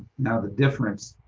now the difference,